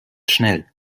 schnell